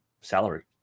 salary